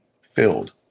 filled